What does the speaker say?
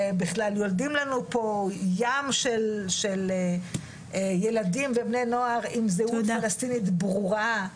ובכלל יולדים לנו פה ים של ילדים ובני נוער עם זהות פלסטינית ברורה.